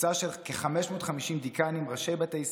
קבוצה של כ-550 דיקנים, ראשי בתי ספר,